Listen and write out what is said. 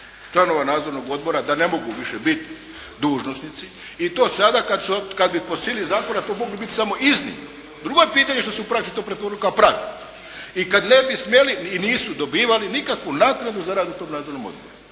članova nadzornog odbora da ne mogu više biti dužnosnici i to sada kad bi po sili zakona to mogli biti samo … /Govornik se ne razumije./ … Drugo je pitanje što se u praksi to pretvorilo kao pravilo. I kad ne bi smjeli i nisu dobivali nikakvu naknadu za rad u tom nadzornom odboru.